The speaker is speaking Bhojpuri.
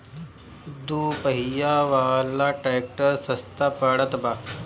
दू पहिया वाला ट्रैक्टर सस्ता पड़त बा